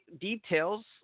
details